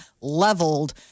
leveled